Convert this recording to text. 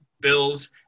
Bills